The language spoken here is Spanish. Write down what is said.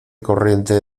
corriente